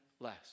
less